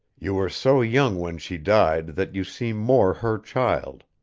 you were so young when she died that you seem more her child.